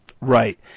Right